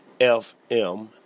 FM